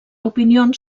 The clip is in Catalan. opinions